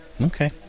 Okay